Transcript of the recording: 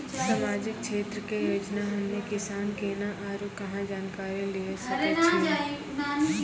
समाजिक क्षेत्र के योजना हम्मे किसान केना आरू कहाँ जानकारी लिये सकय छियै?